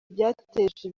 byateje